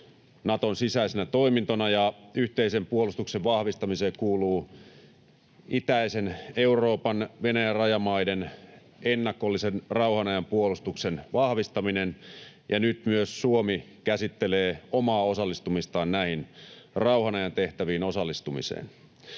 Naton sisäisenä toimintona. Yhteisen puolustuksen vahvistamiseen kuuluu itäisen Euroopan Venäjän rajamaiden ennakollisen rauhanajan puolustuksen vahvistaminen, ja nyt myös Suomi käsittelee omaa osallistumistaan näihin rauhanajan tehtäviin. Arvoisa